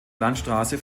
landstraße